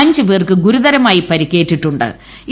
അഞ്ച് പേർക്ക് ഗുരുതരമായി പരിക്കേറ്റിട്ടു ്